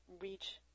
reach